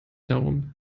darum